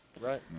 right